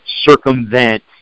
circumvent